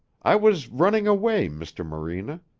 i was running away, mr. morena.